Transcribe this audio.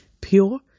Pure